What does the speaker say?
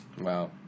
Wow